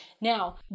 Now